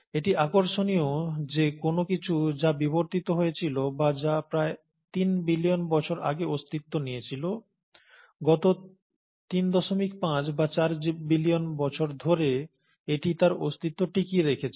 এটি আকর্ষণীয় যে কোন কিছু যা বিবর্তিত হয়েছিল বা যা প্রায় 3 বিলিয়ন বছর আগে অস্তিত্ব নিয়েছিল গত 35 থেকে 4 বিলিয়ন বছর ধরে এটি তার অস্তিত্ব টিকিয়ে রেখেছে